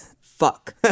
fuck